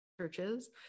churches